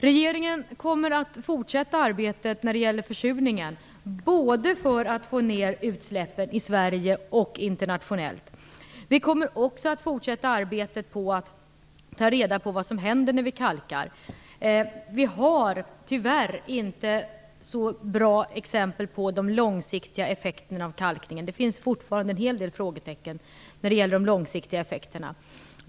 Regeringen kommer att fortsätta arbetet när det gäller försurningen både för att få ned utsläppen i Sverige och internationellt. Vi kommer också att fortsätta arbetet på att ta reda på vad som händer när i kalkar. Vi har tyvärr inte så bra exempel på de långsiktiga effekterna av kalkningen. Det finns fortfarande en hel del frågetecken när det gäller de långsiktiga effekterna.